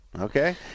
Okay